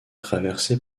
traversée